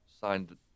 signed